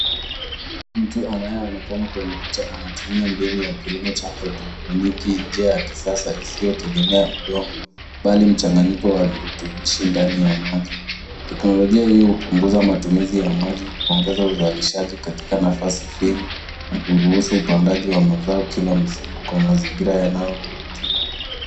Mtu anayeonekana kwenye picha anatumia mbinu ya kilimo cha hydroponic njia ya kisasa isiyotegemea udongo bali mchanganyiko wa virutubishi ndani ya maji . Teknolojia hii hupunguza matumizi ya maji, huongeza uzalishaji katika nafasi finyu na kuruhusu upandaji wa mazao Kila msimu kwa mazingira yanayodhibitiwa.